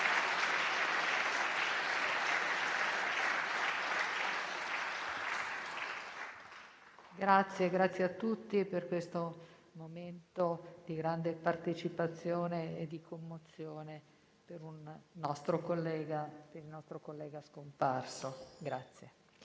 Ringrazio a tutti per questo momento di grande partecipazione e di commozione per il nostro collega scomparso.